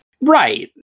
Right